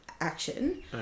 action